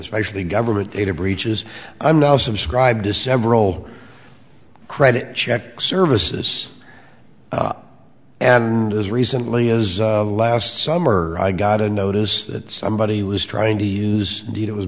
especially government data breaches i'm now subscribed to several credit check services and as recently as last summer i got a notice that somebody was trying to use deed it was